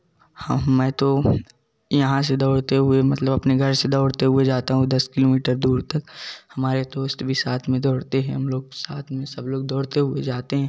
हम मैं तो यहाँ से दौड़ते हुए मतलब अपने घर से दौड़ते हुए जाते हैं वे दस किलो मीटर दूर तक हमारे दोस्त भी साथ में दौड़ते हैं हम लोग साथ में सब लोग दौड़ते हुए जाते हैं